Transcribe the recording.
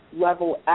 level